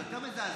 זה יותר מזעזע,